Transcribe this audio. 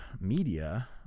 media